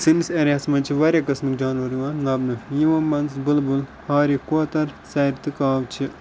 سٲنِس ایریا ہَس منٛز چھِ واریاہ قٕسمٕکۍ جانوَر یِوان لَبنہٕ یِمو منٛزٕ بُلبُل ہارِ کوتَر ژَرِ تہٕ کاو چھِ